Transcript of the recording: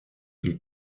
ils